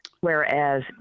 whereas